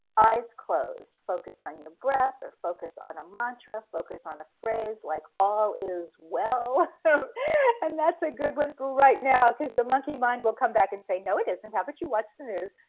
eyes closed, focus on your breath, or focus on a mantra, focus on a phrase like all is well and that's a good one for right now, cause the monkey mind will come back and say, no, it isn't, and haven't you watch the news?